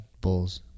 bulls